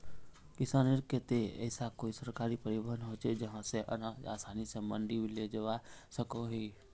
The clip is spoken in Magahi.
किसानेर केते ऐसा कोई सरकारी परिवहन होचे जहा से अनाज आसानी से मंडी लेजवा सकोहो ही?